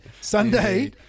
Sunday